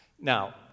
Now